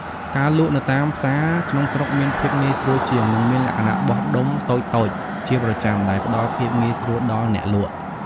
ការលក់នៅតាមផ្សារក្នុងស្រុកមានភាពងាយស្រួលជាង និងមានលក្ខណៈបោះដុំតូចៗជាប្រចាំដែលផ្តល់ភាពងាយស្រួលដល់អ្នកលក់។